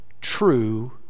true